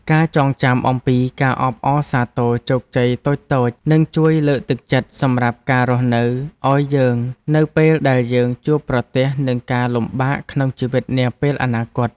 ការចងចាំអំពីការអបអរសាទរជោគជ័យតូចៗនឹងជួយលើកទឹកចិត្តសម្រាប់ការរស់នៅឱ្យយើងនៅពេលដែលយើងជួបប្រទះនឹងការលំបាកក្នុងជីវិតនាពេលអនាគត។